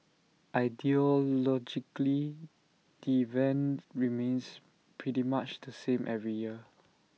ideologically event remains pretty much the same every year